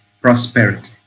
Prosperity